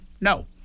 No